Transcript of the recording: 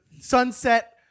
sunset